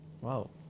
Wow